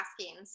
asking